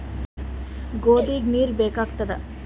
ಗೋಧಿಗ ನೀರ್ ಬೇಕಾಗತದ?